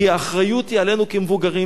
כי האחריות היא עלינו כמבוגרים,